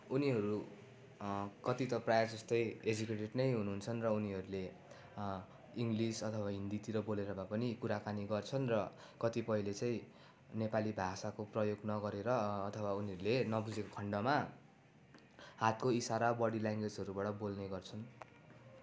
उनीहरू कति त प्रायः जस्तै एजुकेटेड नै हुनुहुन्छन् र उनीहरूले इङ्लिस अथवा हिन्दीतिर बोलेर भए पनि कुराकानी गर्छन् र कतिपयले चाहिँ नेपाली भाषाको प्रयोग नगरेर अथवा उनीहरूले नबुझेको खन्डमा हातको इसारा बडी ल्याङ्वेजहरूबाट बोल्ने गर्छन्